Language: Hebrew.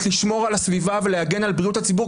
לשמור על הסביבה ולהגן על בריאות הציבור.